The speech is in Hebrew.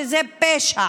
שזה פשע,